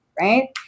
right